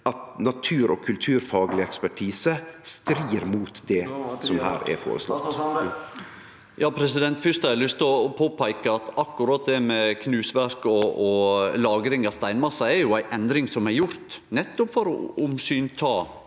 at natur- og kulturfagleg ekspertise strir mot det som her er føreslått. Erling Sande (Sp) Fyrst har eg lyst til å påpeike at akkurat det med knuseverk og lagring av steinmassar er ei endring som er gjort nettopp for å ta